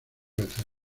veces